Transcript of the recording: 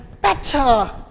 better